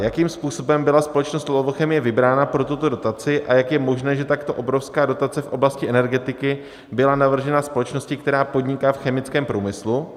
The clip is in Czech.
Jakým způsobem byla společnost Lovochemie vybrána pro tuto dotaci a jak je možné, že takto obrovská dotace v oblasti energetiky byla navržena společnosti, která podniká v chemickém průmyslu?